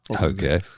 okay